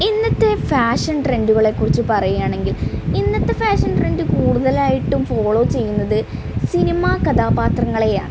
ഇന്നത്തെ ഫാഷൻ ട്രെൻഡുകളെ ക്കുറിച്ച് പറയുകയാണെങ്കിൽ ഇന്നത്തെ ഫാഷൻ ട്രെൻഡ് കൂടുതലായിട്ടും ഫോളോ ചെയ്യുന്നത് സിനിമാ കഥാപാത്രങ്ങളെയാണ്